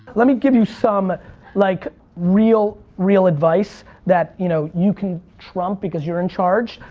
let me give you some like real real advice that you know, you can trump because you're in charge,